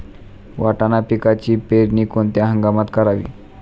वाटाणा पिकाची पेरणी कोणत्या हंगामात करावी?